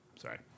sorry